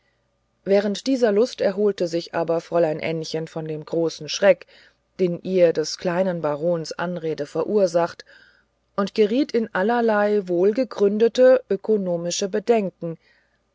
während dieser lust erholte sich aber fräulein ännchen von dem großen schreck den ihr des kleinen barons anrede verursacht und geriet in allerlei wohlgegründete ökonomische bedenken